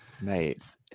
mate